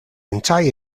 entire